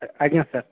ଆଜ୍ଞା ସାର୍